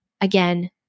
Again